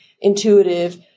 intuitive